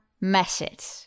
message